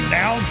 now